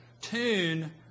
tune